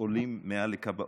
עולים מעל לקו העוני.